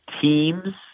teams